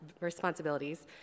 responsibilities